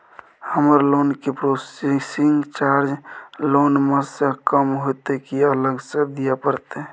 हमर लोन के processing charge loan म स कम होतै की अलग स दिए परतै?